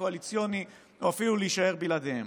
הקואליציוני או אפילו להישאר בלעדיו.